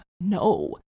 no